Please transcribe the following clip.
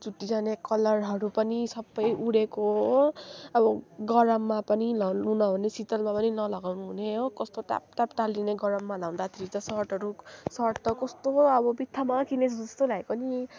चुट्टिजाने कलरहरू पनि सबै उडेको हो अब गरममा पनि लाउनु नहुने शीतलमा पनि नलगाउनु हुने हो कस्तो ट्याप ट्याप टाल्लिने गरममा लाउँदाखेरि त सर्टहरू सर्ट त कस्तो अब बित्थामा किनेछु जस्तो लागेको नि